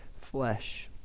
flesh